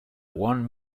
one